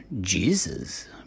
Jesus